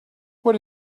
what